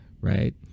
right